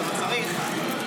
שצריך,